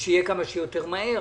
ושיהיה כמה שיותר מהר.